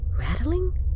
Rattling